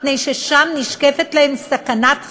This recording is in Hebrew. מפני ששם נשקפת להם סכנת חיים.